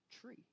tree